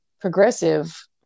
progressive